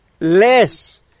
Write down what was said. less